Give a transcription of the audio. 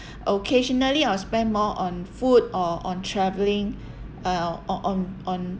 occasionally I'll spend more on food or on travelling uh or on on